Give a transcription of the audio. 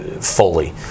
fully